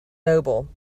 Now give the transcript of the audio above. noble